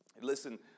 Listen